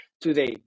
today